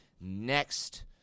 next